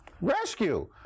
Rescue